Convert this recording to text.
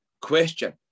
question